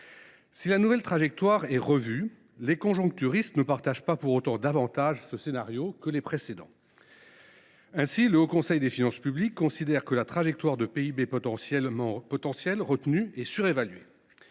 Si la trajectoire est revue, les conjoncturistes ne partagent pas davantage ce scénario que les précédents. Ainsi, le Haut Conseil des finances publiques considère que la trajectoire retenue pour le PIB potentiel est surévaluée.